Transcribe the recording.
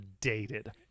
dated